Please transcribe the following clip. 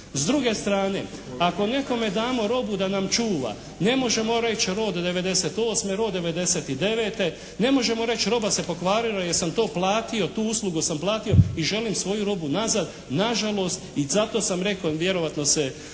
S druge strane ako nekome damo robu da nam čuva ne možemo reći rod '98., rod '99., ne možemo reći roba se pokvarila jer sam to platio, tu uslugu sam platio i želim svoju robu nazad. Nažalost i zato sam rekao, vjerojatno se